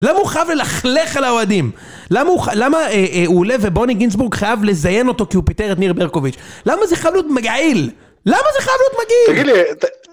למה הוא חייב ללכלך על האוהדים? למה הוא חייב... למה הוא עולב ובוני גינצבורג חייב לזיין אותו כי הוא פיטר את ניר ברקוביץ'? למה זה חלוט מגעיל?! למה זה חלוט מגעיל?!